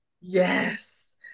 Yes